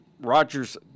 Rogers